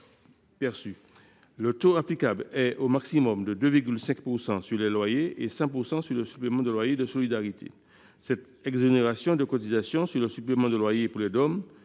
Le taux applicable est, au maximum, de 2,5 % sur les loyers et de 100 % sur le supplément de loyer de solidarité. Cette exonération de cotisation sur le supplément de loyer pour les